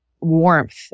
warmth